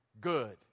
good